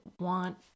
want